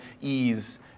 ease